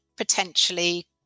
potentially